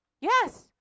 Yes